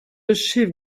achieve